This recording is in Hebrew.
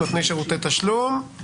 נותני שירותי תשלום,